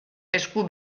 esku